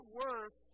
worth